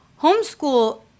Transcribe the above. Homeschool